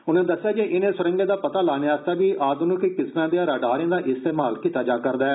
उनें दस्सेया जे इनें सुरंगें दा पता लाने आस्तै बी आध्निक किस्में दे रडारें दा इस्तेमाल कीता जा रदा ऐ